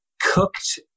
cooked